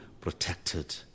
protected